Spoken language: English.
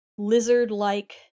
Lizard-like